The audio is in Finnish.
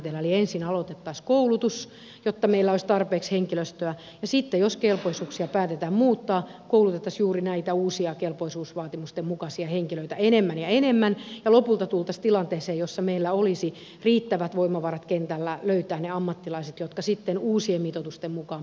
eli ensin aloitettaisiin koulutus jotta meillä olisi tarpeeksi henkilöstöä ja sitten jos kelpoisuuksia päätetään muuttaa koulutettaisiin juuri näitä uusien kelpoisuusvaatimusten mukaisia henkilöitä enemmän ja enemmän ja lopulta tultaisiin tilanteeseen jossa meillä olisivat riittävät voimavarat kentällä löytää ne ammattilaiset jotka sitten uusien mitoitusten mukaan palvelisivat